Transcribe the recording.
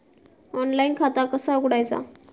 Online खाता कसा उघडायचा?